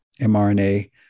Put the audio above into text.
mRNA